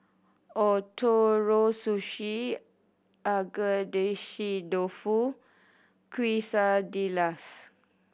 Ootoro Sushi Agedashi Dofu Quesadillas